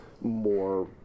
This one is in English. more